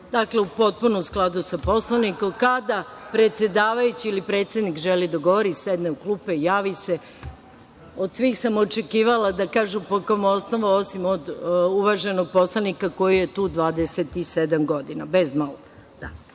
Dakle, potpuno u skladu sa Poslovnikom. Kada predsedavajući ili predsednik želi da govori, sedne u klupe, javi se. Od svih sam očekivala da kažu po kom osnovu, osim od uvaženog poslanika koji je tu 27 godina, bez